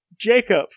Jacob